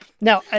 Now